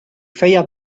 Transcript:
feia